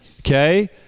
okay